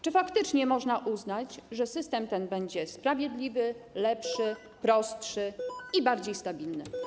Czy faktycznie można uznać, że system ten będzie sprawiedliwy, lepszy, prostszy i bardziej stabilny?